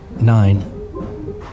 Nine